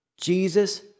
Jesus